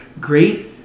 great